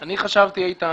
חשבתי, איתן,